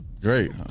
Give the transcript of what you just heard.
Great